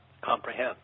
comprehend